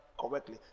correctly